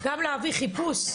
אבל גם להביא חוק,